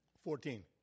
Fourteen